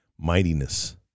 mightiness